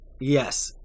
Yes